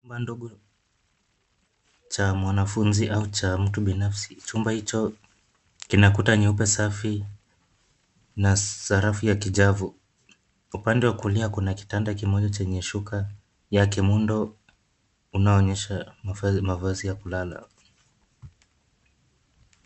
Chumba ndogo cha mwanafunzi au cha mtu binafsi. Chumba hicho kina kuta nyeupe safi na sarafu ya kijavu. Upande wa kulia kuna kitanda kimoja chenye shuka ya kimuundo unaoonyesha mavazi ya kulala.